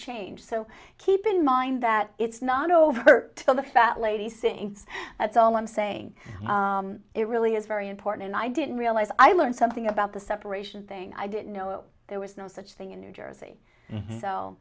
change so keep in mind that it's not over till the fat lady sings at all i'm saying it really is very important and i didn't realize i learned something about the separation thing i didn't know there was no such thing in new jersey